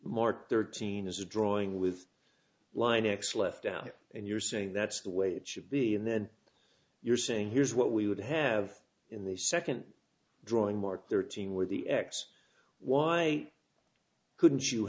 more thirteen is a drawing with line x left out and you're saying that's the way it should be and then you're saying here's what we would have in the second drawing marked thirteen with the x why couldn't you